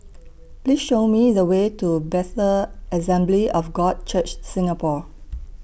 Please Show Me The Way to Bethel Assembly of God Church Singapore